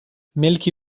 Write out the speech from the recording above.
ملکی